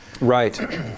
right